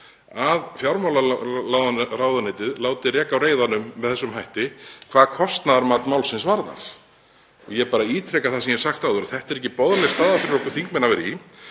að fjármálaráðuneytið láti reka á reiðanum með þessum hætti hvað kostnaðarmat málsins varðar. Ég ítreka það sem ég hef ég sagt áður: Þetta er ekki boðleg staða fyrir okkur þingmenn að vera í.